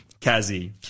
Kazi